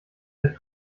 der